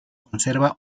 conserva